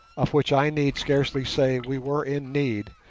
of which i need scarcely say we were in need,